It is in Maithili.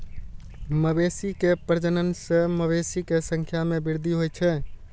मवेशी के प्रजनन सं मवेशी के संख्या मे वृद्धि होइ छै